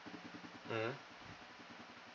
mm